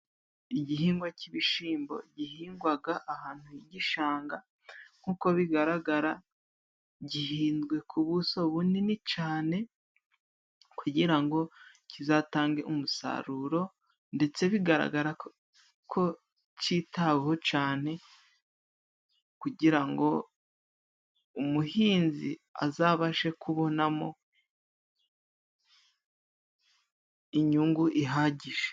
Igihingwa cy'bishimbo gihingwaga ahantu h'igishanga nkuko bigaragara gihinzwe kubuso bunini cane kugirango ngo kizatange umusaruro ,ndetse bigaragara ko citaweho cane kugira ngo umuhinzi azabashe kubonamo inyungu ihagije.